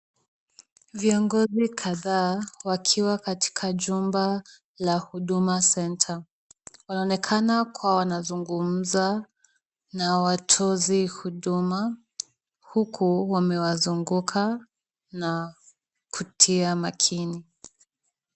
Viongozi kadhaa wakiwa katika jumba la Huduma Center, wanaonekana kuwa wanazungumza na watozi huduma, huku wamewazunguka na kutia makini.